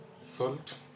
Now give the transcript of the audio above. salt